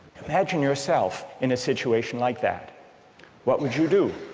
imagine yourself in a situation like that what would you do?